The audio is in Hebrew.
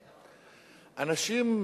אנשים,